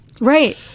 Right